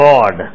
God